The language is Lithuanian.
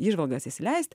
įžvalgas įsileist